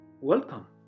Welcome